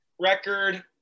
record